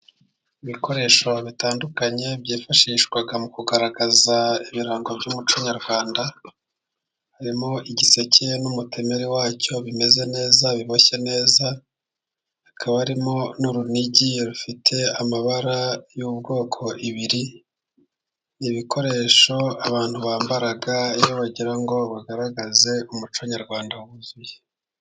Ibikoresho bitandukanye byifashishwa mu kugaragaza ibirango by'umuco nyarwanda harimo: igiseke n'umutemeri wacyo bimeze neza biboshye neza, hakaba harimo n'urunigi rufite amabara y'ubwoko bubiri, ibikoresho abantu bambara iyo bagira ngo bagaragaze umuco nyarwanda wuzuye.